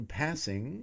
passing